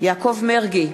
יעקב מרגי,